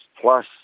plus